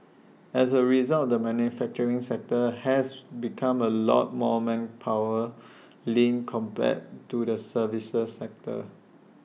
as A result the manufacturing sector has become A lot more manpower lean compared to the services sector